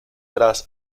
tras